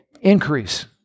increase